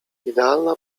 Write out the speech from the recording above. idealna